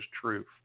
truth